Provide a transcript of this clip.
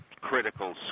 critical